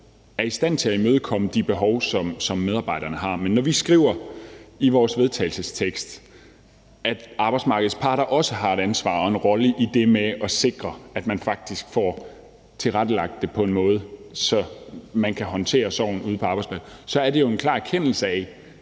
er i stand til at imødekomme de behov, som medarbejderne har. Men når vi skriver i vores vedtagelsestekst, at arbejdsmarkedets parter også har et ansvar og en rolle i det med at sikre, at man faktisk får tilrettelagt det på en måde, så man kan håndtere sorgen ude på arbejdspladserne, så er det jo i en klar erkendelse af,